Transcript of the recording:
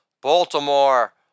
Baltimore